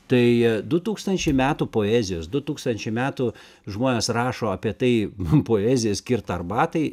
tai du tūkstančiai metų poezijos du tūkstančiai metų žmonės rašo apie tai poezija skirta arbatai